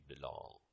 belong